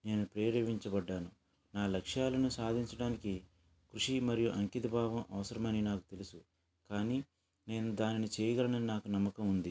నేను ప్రేరేపింపబడ్డాను నా లక్ష్యాలను సాధించడానికి కృషి మరియు అంకిత భావం అవసరమని నాకు తెలుసు కాని నేను దానిని చెయ్యగలనని నమ్మకం ఉంది